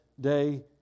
day